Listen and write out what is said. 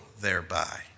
thereby